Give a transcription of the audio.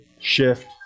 shift